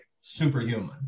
superhuman